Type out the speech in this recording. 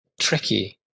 tricky